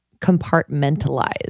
compartmentalize